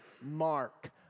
mark